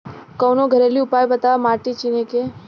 कवनो घरेलू उपाय बताया माटी चिन्हे के?